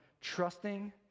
trusting